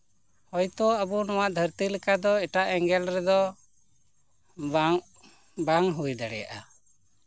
ᱦᱚᱭᱛᱳ ᱟᱵᱚ ᱱᱚᱣᱟ ᱫᱷᱟᱹᱨᱛᱤ ᱞᱮᱠᱟ ᱫᱚ ᱮᱴᱟᱜ ᱮᱸᱜᱮᱞ ᱨᱮᱫᱚ ᱵᱟᱝ ᱵᱟᱝ ᱦᱩᱭ ᱫᱟᱲᱮᱭᱟᱜᱼᱟ